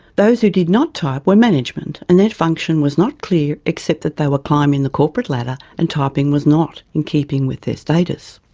those who did not type were management and their function was not clear except that they were climbing the corporate ladder and typing was not in keeping with their status.